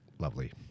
Lovely